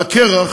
על הקרח,